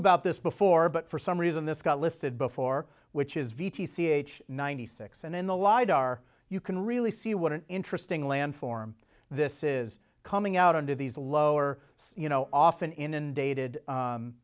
about this before but for some reason this got listed before which is v t c h ninety six and in the lidar you can really see what an interesting landform this is coming out under these lower you know often inundated